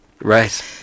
right